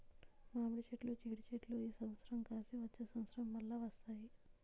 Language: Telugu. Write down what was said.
మామిడి చెట్లు జీడి చెట్లు ఈ సంవత్సరం కాసి వచ్చే సంవత్సరం మల్ల వస్తాయి